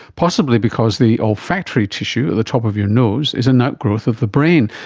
possibly because the olfactory tissue at the top of your nose is an outgrowth of the brain.